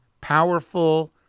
powerful